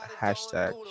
hashtag